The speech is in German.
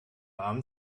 abend